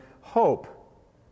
hope